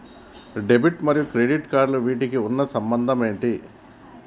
Debit మరియు credit cards వీటికి ఉన్న సంబంధం ఏంటి?